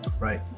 Right